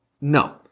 No